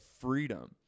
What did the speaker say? freedom